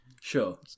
Sure